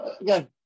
again